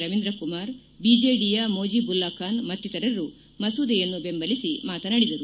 ರವೀಂದ್ರ ಕುಮಾರ್ ಬಿಜೆಡಿಯ ಮೋಜಿಬುಲ್ಲಾಖಾನ್ ಮತ್ತಿತರರು ಮಸೂದೆಯನ್ನು ಬೆಂಬಲಿಸಿ ಮಾತನಾಡಿದರು